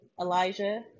Elijah